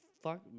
fuck